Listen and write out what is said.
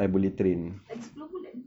lagi sepuluh bulan